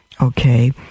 Okay